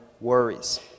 worries